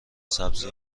سبزی